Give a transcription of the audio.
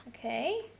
Okay